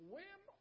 Whim